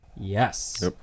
Yes